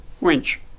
winch